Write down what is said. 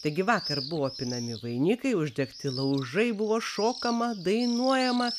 taigi vakar buvo pinami vainikai uždegti laužai buvo šokama dainuojama